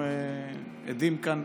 אנחנו עדים כאן,